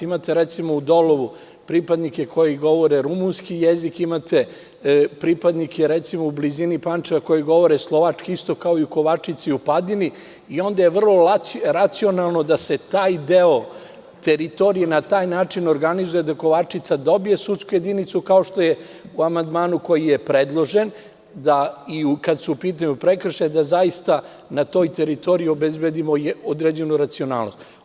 Imate, recimo, u Dolovu pripadnike koji govore rumunski jezik, imate pripadnike u blizini Pančeva koji govore slovački isto kao i u Kovačici i Padini, i onda je vrlo racionalno da se taj deo teritorije na taj način organizuje da Kovačica dobije sudsku jedinicu, kao što je u amandmanu koji je predložen, kada su u pitanju prekršaji, da zaista na toj teritoriji obezbedimo određenu racionalnost.